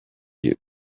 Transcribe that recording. you